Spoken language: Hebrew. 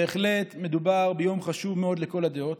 בהחלט מדובר ביום חשוב מאוד לכל הדעות,